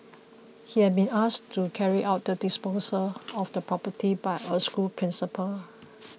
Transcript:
he had been asked to carry out the disposal of the property by a school principal